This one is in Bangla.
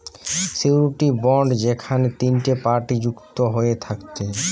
সিওরীটি বন্ড যেখেনে তিনটে পার্টি যুক্ত হয়ে থাকছে